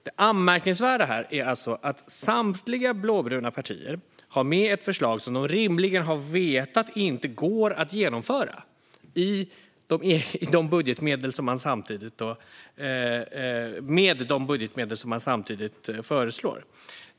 De anmärkningsvärda här är alltså att samtliga blåbruna partier har med ett förslag som de rimligen har vetat inte går att genomföra med de budgetmedel de samtidigt föreslår.